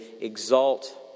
exalt